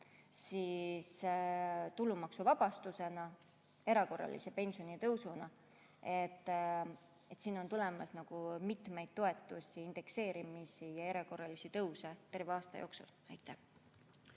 tulumaksuvabastusena või erakorralise pensionitõusuna. Siin on tulemas mitmeid toetusi, indekseerimisi ja erakorralisi tõuse terve aasta jooksul. Aitäh!